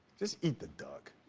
just eat the duck.